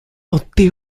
enterré